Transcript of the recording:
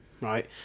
right